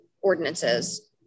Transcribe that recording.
ordinances